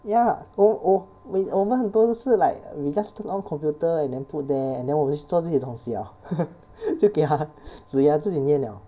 ya 我我 we 我们很多都是 like we just turn on computer and then put there and then 我们 just 做自己东西 liao 就就给他自己念 liao